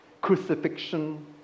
crucifixion